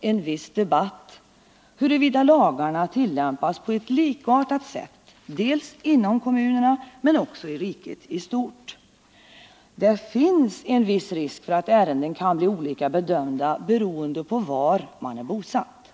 en viss debatt ägt rum huruvida lagarna tillämpas på ett likartat sätt dels inom kommunerna, dels i riket i stort. Det finns en viss risk att ärenden kan bli olika bedömda beroende på var man är bosatt.